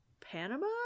Panama